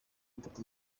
atatu